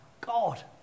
God